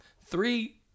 three